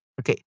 Okay